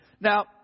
Now